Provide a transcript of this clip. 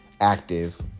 active